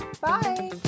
Bye